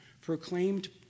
proclaimed